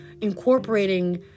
incorporating